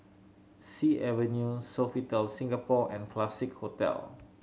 Sea Avenue Sofitel Singapore and Classique Hotel